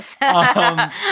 Yes